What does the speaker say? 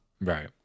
Right